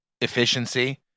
efficiency